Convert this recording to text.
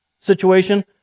situation